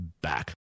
back